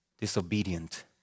Disobedient